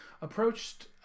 approached